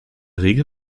regel